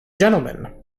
gentlemen